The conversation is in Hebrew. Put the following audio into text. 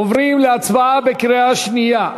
עוברים להצבעה בקריאה שנייה.